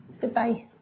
Goodbye